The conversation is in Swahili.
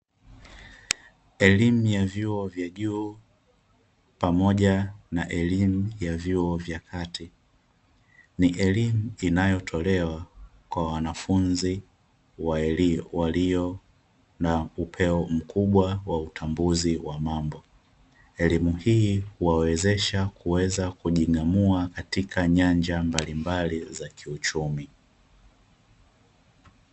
Elimu ya vyuo vya juu pamoja na elimu ya vyuo vya kati, ni elimu inayotolewa kwa wanafunzi walio na upeo mkubwa wa utambuzi wa mambo; elimu hii huwawezesha kuweza kujing'amua katika nyanja mbalimbali za kiuchumi.